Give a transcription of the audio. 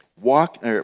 walk